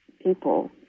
people